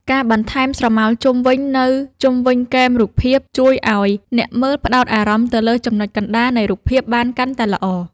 ការបន្ថែម ស្រមោលជុំវិញ នៅជុំវិញគែមរូបភាពជួយឱ្យអ្នកមើលផ្ដោតអារម្មណ៍ទៅលើចំណុចកណ្ដាលនៃរូបភាពបានកាន់តែល្អ។